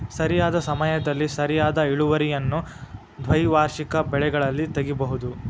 ಸರಿಯಾದ ಸಮಯದಲ್ಲಿ ಸರಿಯಾದ ಇಳುವರಿಯನ್ನು ದ್ವೈವಾರ್ಷಿಕ ಬೆಳೆಗಳಲ್ಲಿ ತಗಿಬಹುದು